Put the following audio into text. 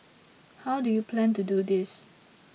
how do you plan to do this